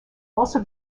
also